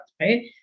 right